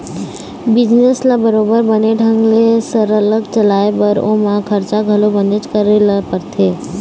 business ल बरोबर बने ढंग ले सरलग चलाय बर ओमा खरचा घलो बनेच करे ल परथे